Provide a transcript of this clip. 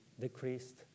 decreased